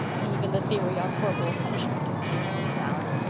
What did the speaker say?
even the theory on corporal punishment, teased mrs. allan.